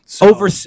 over